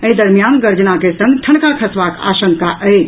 एहि दरमियान गर्जना के संग ठनका खसबाक आशंका अछि